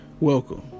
welcome